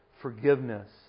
forgiveness